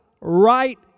right